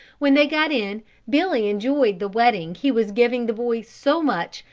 when they got in billy enjoyed the wetting he was giving the boys so much,